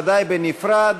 ודאי בנפרד.